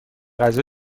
غذا